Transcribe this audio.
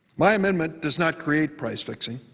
my amendment does not create price fixing.